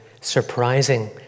surprising